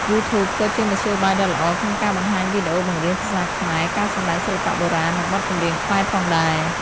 យូធូបក៏ជាមធ្យោបាយដ៏ល្អក្នុងការបង្ហាញវីដេអូបង្រៀនភាសាខ្មែរ ការសម្តែងសិល្បៈបុរាណ និងបទចម្រៀងខ្មែរផងដែរ។